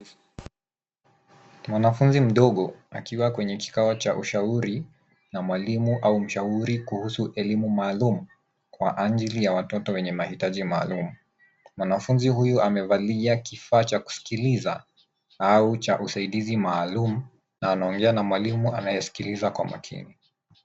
Mwanafunzi mdogo akiwa kwenye kikao cha ushauri na mwalimu au mshauri kuhusu elimu maalum kwa ajili ya watoto wenye mahitaji maalum. Mwanafunzi huyu amevalia kifaa cha kusikiliza au cha usaidizi maalum na anaongea na mwalimu anayesikiliza kwa makini.